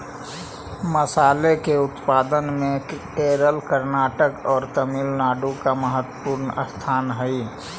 मसाले के उत्पादन में केरल कर्नाटक और तमिलनाडु का महत्वपूर्ण स्थान हई